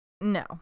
no